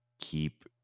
keep